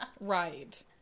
Right